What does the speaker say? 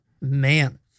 Man